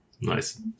Nice